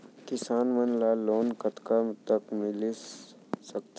किसान मन ला लोन कतका तक मिलिस सकथे?